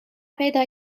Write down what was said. پیدا